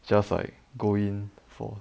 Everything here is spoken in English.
just like go in for